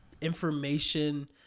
information